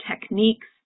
techniques